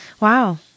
wow